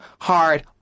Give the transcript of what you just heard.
hard